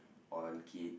on kid